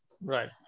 Right